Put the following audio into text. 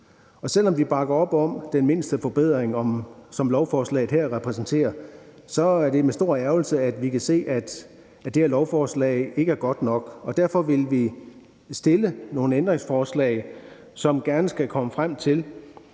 Selv om vi bakker op om den mindste forbedring, som lovforslaget her repræsenterer, så er det med stor ærgrelse, at vi kan se, at det her lovforslag ikke er godt nok. Derfor vil vi stille nogle ændringsforslag, som gerne skal gøre,